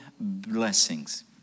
blessings